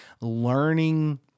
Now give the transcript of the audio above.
learning